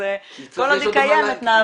אז כל עוד היא קיימת נעבוד.